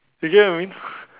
you get what I mean